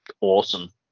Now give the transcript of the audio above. awesome